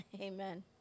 amen